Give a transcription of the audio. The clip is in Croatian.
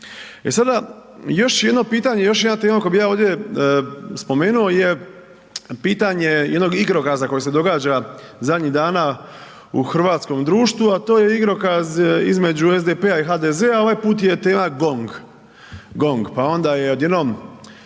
E sada, još jedno pitanje i još jedna tema koju bih ja ovdje spomenuo je pitanje jednog igrokaza koji se događa zadnjih dana u hrvatskom društvu a to je igrokaz između SDP-a i HDZ-a, ovaj put je tema GONG, GONG. Pa onda je odjednom